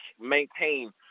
maintain